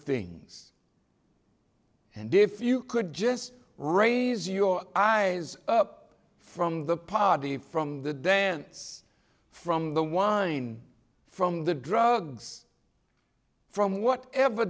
things and if you could just raise your eyes up from the party from the dance from the wine from the drugs from whatever